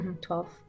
twelve